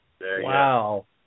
Wow